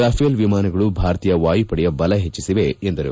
Rafale ವಿಮಾನಗಳು ಭಾರತೀಯ ವಾಯುಪಡೆಯ ಬಲ ಹೆಚ್ಚಿಸಿವೆ ಎಂದರು